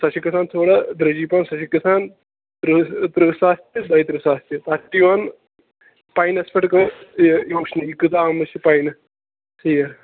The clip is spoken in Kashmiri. سۄ چھِ گژھان تھوڑا درٛۅجی پَہن سۄ چھِ گژھان تٕرٛہ تٕرٛہ ساس تہِ دۄیہِ ترٕٛہ ساس تہِ تَتھ چھِ یِوان پاینَس پٮ۪ٹھ یہِ یِوان وُچھنہٕ یہِ کۭژاہ آمٕژ چھِ پاینہٕ ٹھیٖک